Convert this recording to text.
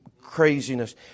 craziness